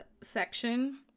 section